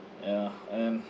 ya and